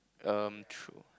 um true